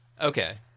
okay